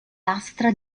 lastra